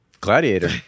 Gladiator